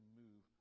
move